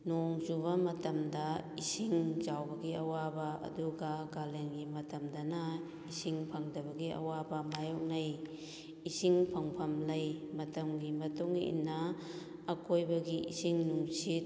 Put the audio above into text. ꯅꯣꯡ ꯆꯨꯕ ꯃꯇꯝꯗ ꯏꯁꯤꯡ ꯆꯥꯎꯕꯒꯤ ꯑꯋꯥꯕ ꯑꯗꯨꯒ ꯀꯥꯂꯦꯟꯒꯤ ꯃꯇꯝꯗꯅ ꯏꯁꯤꯡ ꯐꯪꯗꯕꯒꯤ ꯑꯋꯥꯕ ꯃꯥꯌꯣꯛꯅꯩ ꯏꯁꯤꯡ ꯐꯪꯐꯝ ꯂꯩ ꯃꯇꯝꯒꯤ ꯃꯇꯨꯡꯏꯟꯅ ꯑꯀꯣꯏꯕꯒꯤ ꯏꯁꯤꯡ ꯅꯨꯡꯁꯤꯠ